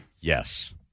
Yes